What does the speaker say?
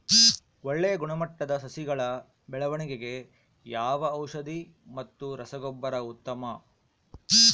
ಒಳ್ಳೆ ಗುಣಮಟ್ಟದ ಸಸಿಗಳ ಬೆಳವಣೆಗೆಗೆ ಯಾವ ಔಷಧಿ ಮತ್ತು ರಸಗೊಬ್ಬರ ಉತ್ತಮ?